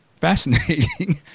fascinating